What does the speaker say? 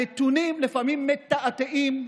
הנתונים לפעמים מתעתעים,